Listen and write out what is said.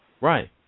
Right